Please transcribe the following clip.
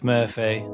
Murphy